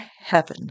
heaven